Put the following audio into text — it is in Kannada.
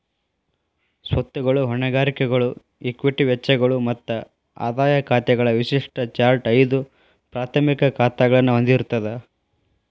ಸ್ವತ್ತುಗಳು, ಹೊಣೆಗಾರಿಕೆಗಳು, ಇಕ್ವಿಟಿ ವೆಚ್ಚಗಳು ಮತ್ತ ಆದಾಯ ಖಾತೆಗಳ ವಿಶಿಷ್ಟ ಚಾರ್ಟ್ ಐದು ಪ್ರಾಥಮಿಕ ಖಾತಾಗಳನ್ನ ಹೊಂದಿರ್ತದ